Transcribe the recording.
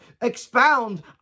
expound